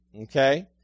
Okay